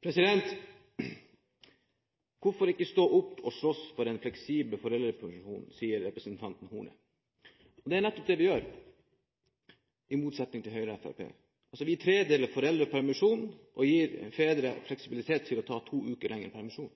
Det er nettopp det vi gjør, i motsetning til Høyre og Fremskrittspartiet. Vi tredeler foreldrepermisjonen og gir fedre fleksibilitet til å ta to uker lengre permisjon.